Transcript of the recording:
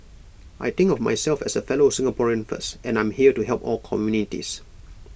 I think of myself as A fellow Singaporean first and I'm here to help all communities